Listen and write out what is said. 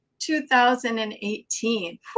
2018